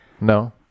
No